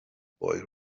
boy